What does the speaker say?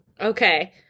Okay